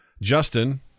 Justin